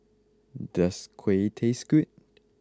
does Kuih taste good